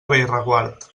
bellreguard